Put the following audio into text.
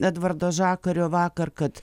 edvardo žakario vakar kad